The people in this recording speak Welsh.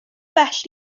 bell